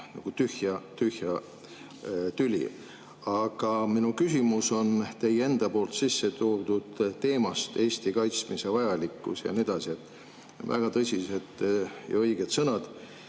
siin tükk tühja tüli. Aga minu küsimus on teie enda poolt sisse toodud teema kohta: Eesti kaitsmise vajalikkus ja nii edasi. Väga tõsised ja õiged sõnad.